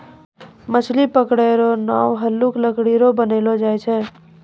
मछली पकड़ै रो नांव हल्लुक लकड़ी रो बनैलो जाय छै